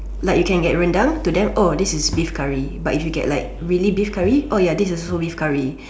like you can get rendang to them oh this is beef curry but if you get like really beef curry oh ya this is also beef curry